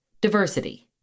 Diversity